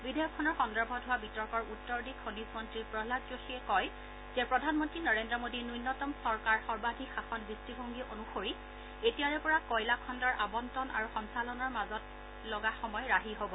বিধেয়কখনৰ সন্দৰ্ভত হোৱা বিতৰ্কৰ উত্তৰ দি খনিজ মন্ত্ৰী প্ৰহাদ যোশীয়ে কয় যে প্ৰধানমন্ত্ৰী নৰেন্দ্ৰ মোদী ন্যূনতম চৰকাৰ সৰ্বাধিক শাসন দৃষ্টিভংগী অনুসৰি এতিয়াৰেপৰা কয়লা খণ্ডৰ আবণ্টন আৰু সঞ্চালনৰ মাজত লগা সময় ৰাহি হ'ব